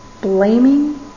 blaming